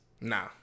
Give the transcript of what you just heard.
Nah